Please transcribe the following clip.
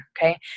okay